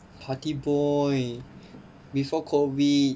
party boy before COVID